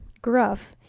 gruff,